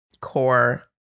core